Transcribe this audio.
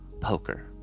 poker